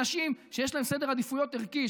נשים שיש להן סדר עדיפויות ערכי,